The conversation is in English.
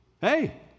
Hey